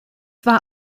war